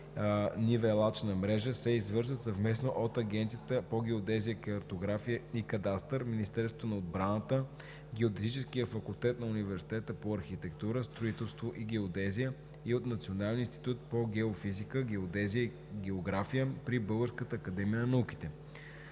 нивелачна мрежа се извършват съвместно от Агенцията по геодезия, картография и кадастър, Министерството на отбраната, Геодезическия факултет на Университета по архитектура, строителство и геодезия и от Националния институт по геофизика, геодезия и география при Българската академия на науките.“